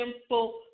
simple